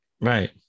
right